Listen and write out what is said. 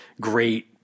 great